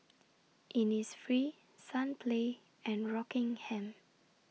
Innisfree Sunplay and Rockingham